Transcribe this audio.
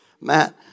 matt